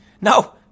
No